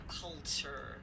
culture